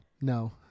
No